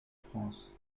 france